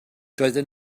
doedden